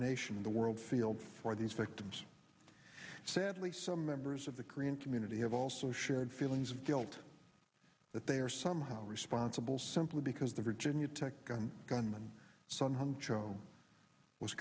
nation in the world field for the victims sadly some members of the korean community have also shared feelings of guilt that they are somehow responsible simply because the virginia tech gunman son hung cho was